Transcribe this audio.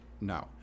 No